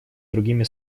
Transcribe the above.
другими